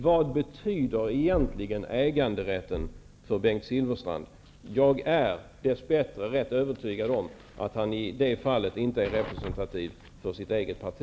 Vad betyder egentligen äganderätten för Bengt Silfverstrand? Jag är dess bättre övertygad om att han i det fallet inte är representativ ens för sitt eget parti.